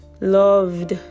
loved